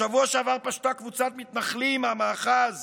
בשבוע שעבר פשטה קבוצת מתנחלים ממאחז